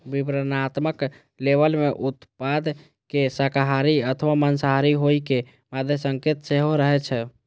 विवरणात्मक लेबल मे उत्पाद के शाकाहारी अथवा मांसाहारी होइ के मादे संकेत सेहो रहै छै